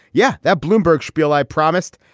yeah, that bloomberg spiel i promised.